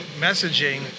messaging